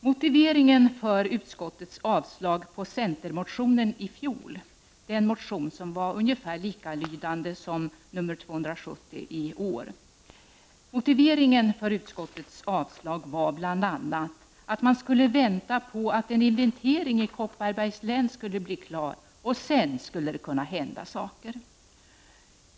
Motiveringen för utskottets avslag på centermotionen i fjol, den motion som löd ungefär likadant som årets motion, var bl.a. att man skulle vänta på att en inventering i Kopparbergs län skulle bli klar. Sedan skulle det kunna hända saker.